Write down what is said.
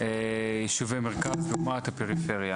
יישוביי מרכז לעומת הפריפריה.